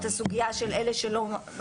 את הסוגיה של אלה שממתינים,